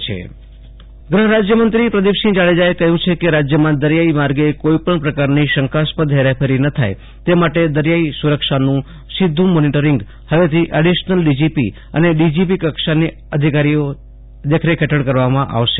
આશૂતોષ અંતાણી ગુહ રાજયમંત્રીઃ દરીયાઇ સુરક્ષા ગૂહરાજ્યમંત્રી પ્રદિપસિંહ જાડેજાએ કહ્યું છે કે રાજ્યમાં દરિયાઇ માર્ગે કોઇ પણ પ્રકારની શંકાસ્પદ હેરાફેરી ન થાય તે માટે દરિયાઇ સુરક્ષાનું સીધુ મોનિટરીંગ હવેથી એડિશનલ ડીજીપી અને ડીજીપી કક્ષાના અધિકારીની દેખરેખ હેઠળ કરવામાં આવશે